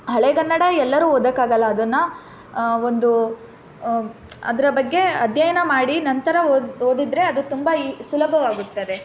ಹಳೆಗನ್ನಡ ಎಲ್ಲರೂ ಓದೋಕ್ಕಾಗಲ್ಲ ಅದನ್ನು ಒಂದು ಅದರ ಬಗ್ಗೆ ಅಧ್ಯಯನ ಮಾಡಿ ನಂತರ ಓದ್ ಓದಿದರೆ ಅದು ತುಂಬ ಈ ಸುಲಭವಾಗುತ್ತದೆ